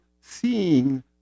seeing